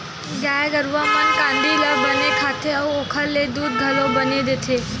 गाय गरूवा मन कांदी ल बने खाथे अउ ओखर ले दूद घलो बने देथे